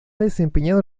desempeñado